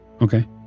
Okay